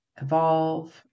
evolve